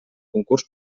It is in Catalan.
concurs